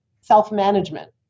self-management